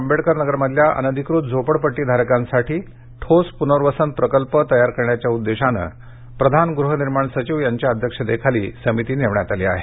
आंबेडकर नगरमधल्या अनधिकृत झोपडपट्टीधारकांसाठी ठोस प्ननर्वसन प्रकल्प तयार करण्याच्या उद्देशानं प्रधान गृहनिर्माण सचिव यांच्या अध्यक्षतेखाली समिती नेमण्यात आली आहे